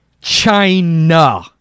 China